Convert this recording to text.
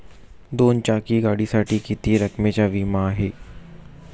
दोन चाकी गाडीसाठी किती रकमेचा विमा आहे?